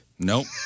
Nope